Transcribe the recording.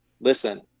listen